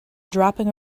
dropping